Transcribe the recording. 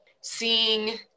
seeing